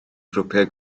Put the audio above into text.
grwpiau